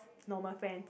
normal friend